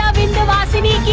vindhyavasini!